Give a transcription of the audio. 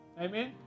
Amen